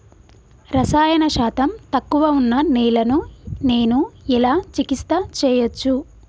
రసాయన శాతం తక్కువ ఉన్న నేలను నేను ఎలా చికిత్స చేయచ్చు?